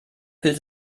pilz